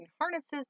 harnesses